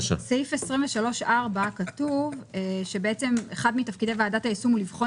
בדברי ההסבר כתבתם שחלק מן התפקידים שלה זה גם לבחון